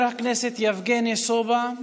חבר הכנסת יבגני סובה,